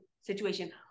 situation